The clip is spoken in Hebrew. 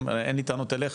אין לי טענות אליך.